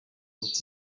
kumenya